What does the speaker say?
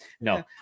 No